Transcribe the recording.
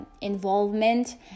involvement